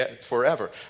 forever